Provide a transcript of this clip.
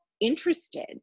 Interested